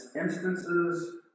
instances